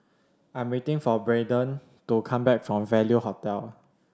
I'm waiting for Brayden to come back from Value Hotel